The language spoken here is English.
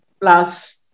plus